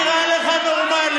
זה נראה לך נורמלי